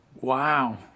Wow